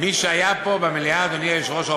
מי שהיה פה במליאה, אדוני יושב-ראש האופוזיציה,